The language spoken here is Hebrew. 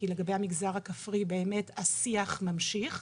כי לגבי המגזר הכפרי באמת השיח ממשיך.